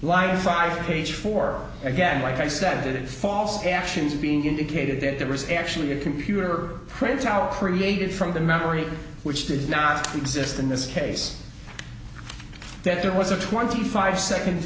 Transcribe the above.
like five page four again like i said it false actions being indicated that there was actually a computer printout created from the memory which did not exist in this case that there was a twenty five second